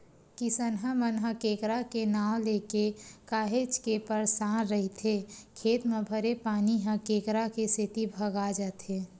किसनहा मन ह केंकरा के नांव लेके काहेच के परसान रहिथे खेत म भरे पानी ह केंकरा के सेती भगा जाथे